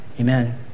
Amen